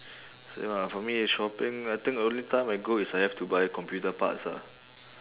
same ah for me if shopping I think only time I go is I have to buy computer parts ah